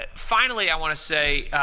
ah finally, i want to say,